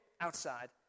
outside